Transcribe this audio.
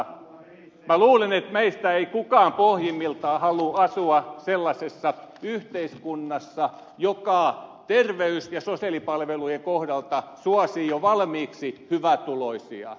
minä luulen että meistä ei kukaan pohjimmiltaan halua asua sellaisessa yhteiskunnassa joka terveys ja sosiaalipalvelujen kohdalta suosii jo valmiiksi hyvätuloisia